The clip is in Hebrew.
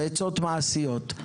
עצות מעשיות.